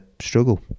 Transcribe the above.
struggle